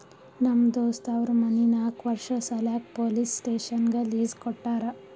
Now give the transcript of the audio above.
ನಮ್ ದೋಸ್ತ್ ಅವ್ರ ಮನಿ ನಾಕ್ ವರ್ಷ ಸಲ್ಯಾಕ್ ಪೊಲೀಸ್ ಸ್ಟೇಷನ್ಗ್ ಲೀಸ್ ಕೊಟ್ಟಾರ